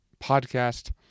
podcast